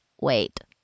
wait